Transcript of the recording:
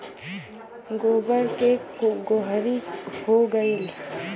गोबर के गोहरी हो गएल